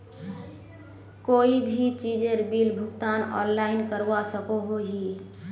कोई भी चीजेर बिल भुगतान ऑनलाइन करवा सकोहो ही?